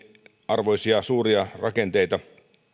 arvoisia suuria rakenteita